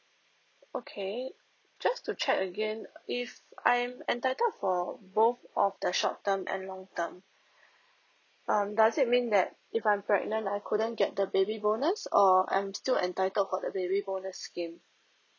okay just to check again if I'm entitled for both of the short term and long term um does it mean that if I'm pregnant I couldn't get the baby bonus or I'm still entitled for the baby bonus scheme